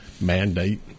mandate